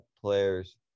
players